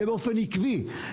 זה באופן עקבי.